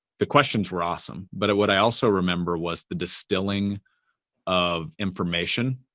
the questions were awesome, but what i also remember was the distilling of information,